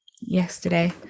yesterday